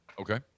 okay